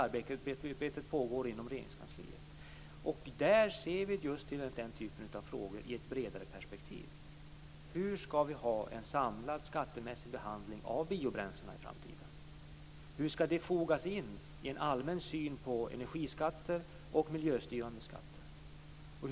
Det arbetet pågår inom Regeringskansliet. Där ser vi just till den typen av frågor i ett bredare perspektiv. Hur skall vi få en samlad skattemässig behandling av biobränslena i framtiden? Hur skall det fogas in i en allmän syn på energiskatter och miljöstyrande skatter?